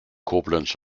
koblenz